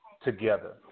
together